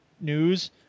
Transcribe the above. news